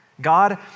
God